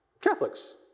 Catholics